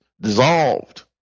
dissolved